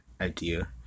idea